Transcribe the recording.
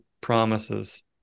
promises